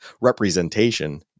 representation